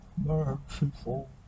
merciful